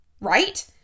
right